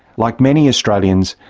like many australians,